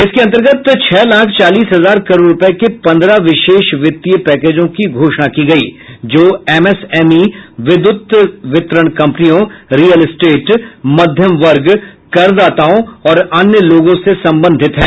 इसके अंतर्गत छह लाख चालीस हजार करोड रुपए के पन्द्रह विशेष वित्तीय पैकेजों की घोषणा की गयी जो एमएस एमई विद्युत वितरण कंपनियों रियल एस्टेट मध्यम वर्ग करदाताओं और अन्य लोगों से संबंधित हैं